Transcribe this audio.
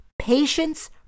patience